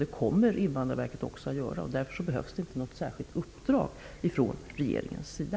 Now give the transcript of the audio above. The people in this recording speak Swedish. Det kommer Invandrarverket också att göra, och därför behövs det inte något särskilt uppdrag från regeringens sida.